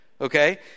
Okay